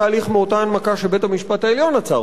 מאותה הנמקה שבית-המשפט העליון עצר אותו,